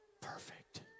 perfect